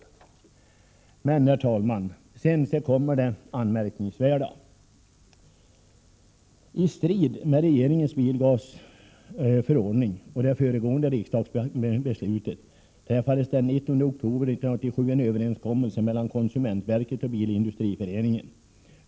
Men, herr talman, sedan kommer det anmärkningsvärda. I strid med regeringens bilavgasförordning och det föregående riksdagsbeslutet träffades den 19 oktober 1987 en överenskommelse mellan konsumentverket och Bilindustriföreningen.